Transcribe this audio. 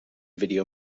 video